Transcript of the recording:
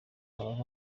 aba